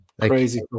Crazy